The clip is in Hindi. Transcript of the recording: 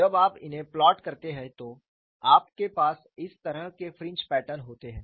जब आप इन्हें प्लॉट करते हैं तो आपके पास इस तरह के फ्रिंज पैटर्न होते हैं